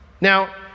Now